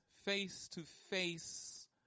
face-to-face